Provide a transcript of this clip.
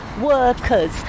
workers